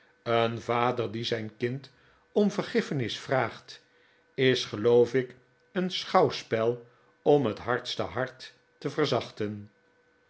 een vader die zijn kind om vergiffenis vraagt is geloof ik een schouwspel om het hardste hart te verzachten